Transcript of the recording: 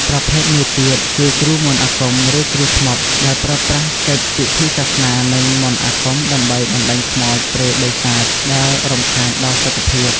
ប្រភេទមួយទៀតគឺ គ្រូមន្តអាគម ឬ គ្រូធ្មប់ ដែលប្រើប្រាស់កិច្ច ពិធីសាសនា និងមន្តអាគមដើម្បីបណ្តេញខ្មោចព្រាយបិសាចដែលរំខានដល់សុខភាព។